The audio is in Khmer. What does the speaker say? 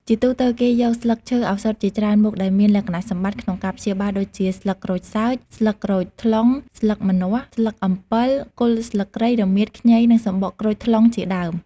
ជាទូទៅ គេយកស្លឹកឈើឱសថជាច្រើនមុខ ដែលមានលក្ខណៈសម្បត្តិក្នុងការព្យាបាលដូចជា ស្លឹកក្រូចសើច ស្លឹកក្រូចថ្លុង ស្លឹកម្នាស់ ស្លឹកអំពិល គល់ស្លឹកគ្រៃ រមៀត ខ្ញី និងសំបកក្រូចថ្លុងជាដើម។